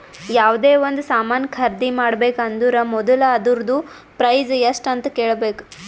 ಯಾವ್ದೇ ಒಂದ್ ಸಾಮಾನ್ ಖರ್ದಿ ಮಾಡ್ಬೇಕ ಅಂದುರ್ ಮೊದುಲ ಅದೂರ್ದು ಪ್ರೈಸ್ ಎಸ್ಟ್ ಅಂತ್ ಕೇಳಬೇಕ